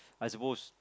I suppose